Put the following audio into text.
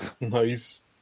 nice